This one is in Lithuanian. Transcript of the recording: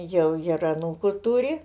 jau ir anūkų turi